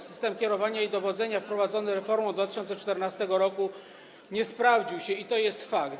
System kierowania i dowodzenia wprowadzony reformą z 2014 r. nie sprawdził się i to jest fakt.